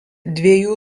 dviejų